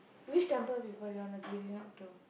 which temple people you wanna give it out to